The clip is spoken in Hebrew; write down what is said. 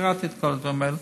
קראתי את כל הדברים האלה.